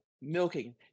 milking